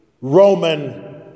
Roman